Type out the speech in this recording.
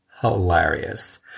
hilarious